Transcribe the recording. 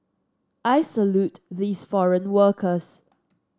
I salute these foreign workers